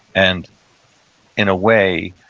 and in a way,